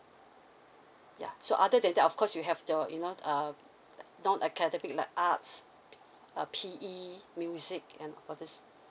ya so other than that of course you have your you know um non academic like arts uh P E music and all these